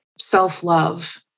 self-love